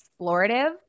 explorative